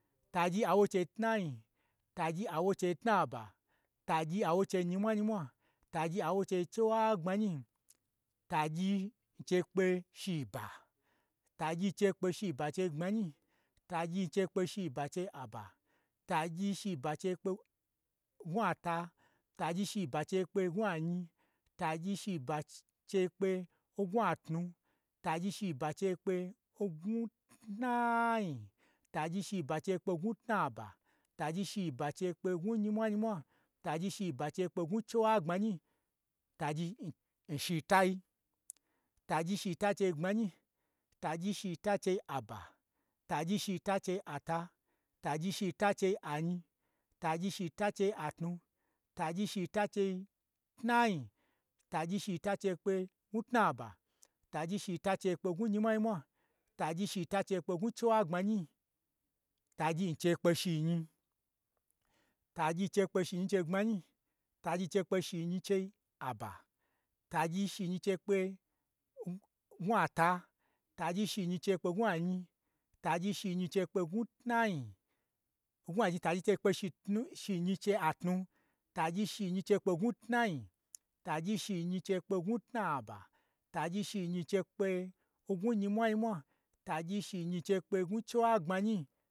Tagyi awo chei tnai, tagyi awo chei tnaba, tagyi awo chei nyimwa nyimwa, tagyi awo chei chiwagbmanyi, tagyi n chei kpe shiba, tagyi n chei kpe shiba chei gbmanyi, tagyi n chei kpe shiba chei aba, tagyi shiba n chei kpe n gnwu ata, tagyi shiba n chei kpe n gnwu anyi, tagyi shiba n chei kpe n gnwu atnu, tagyi shiba n chei kpe n gnwu tnai, tagyi shiba n chei kpe n gnwu tnaba, tagyi shiba n chei kpe n gnwu nyimwa nyimwa, tagyi shiba n chei kpe n gnwu chiwagbmanyi, tagyi n shitai, tagyi shita n chei gbmanyi, tagyi shita n chei aba, tagyi shita n chei ata, tagyi shita n chei anyi, tagyi shita n chei atnu, tagyi shita n chei tnai, tagyi shita n chei kpe gnwu tnaba, tagyi shita n chei kpe gnwu nyimwa nyimwa, tagyi shita n chei kpe gnwu chiwagbmanyi, tagyi n chei kpe shinyi, tagyi n chei kpe shinyi chei gbmanyi, tagyi n chei kpe shinyi chei aba, tagyi shinyi n chei kpe, n-n gnwu ata, tagyi shinyi n chei kpe ngnwu anyi, tagyi shi nyi n chei kpen gnwu tnai, n gnwa, tagyi n chei kpe shitnu shinyi chei atnu, tagyi shinyi n chei kpe n ngwu tnai, tagyi shinyi n chei kpe n gnwu tnaba, tagyi shi nyi n chei kpe ngnwu nyimwa nyimwa, tagyi shi nyi n chei kpe ngnwu chiwagbmanyi.